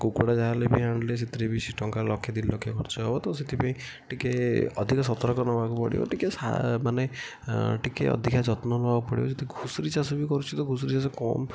କୁକୁଡ଼ା ଯାହା ହେଲେ ବି ଆଣିଲେ ସେଥିରେ ବେଶୀ ଟଙ୍କା ଲକ୍ଷେ ଦୁଇ ଲକ୍ଷ ଖର୍ଚ୍ଚ ହେବ ତ ସେଥିପାଇଁ ଟିକେ ଅଧିକ ସତର୍କ ନେବାକୁ ପଡ଼ିବ ଟିକେ ସା ମାନେ ଟିକେ ଅଧିକା ଯତ୍ନ ନେବାକୁ ପଡ଼ିବ ଯଦି ଘୁଷୁରୀ ଚାଷ ବି କରୁଛି ତ ଘୁଷୁରୀ ଚାଷ କମ୍